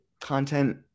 content